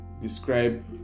describe